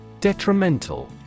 Detrimental